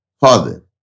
father